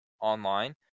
online